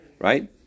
right